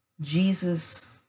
Jesus